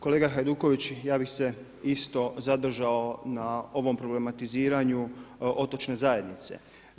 Kolega Hajduković ja bi se isto zadržao na ovom problematiziranju otočne zajednice.